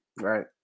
Right